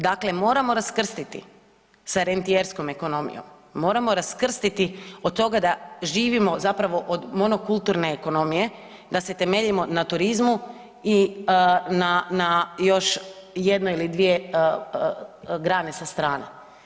Dakle, moramo raskrstiti sa rentijerskom ekonomijom, moramo raskrstiti od toga da živimo zapravo od monokulturne ekonomije, da se temeljimo na turizmu i na, na još jednoj ili dvije grane sa strane.